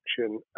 action